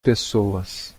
pessoas